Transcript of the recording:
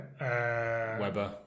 Weber